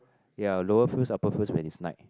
ya lower fields upper fields when it's night